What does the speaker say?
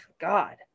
God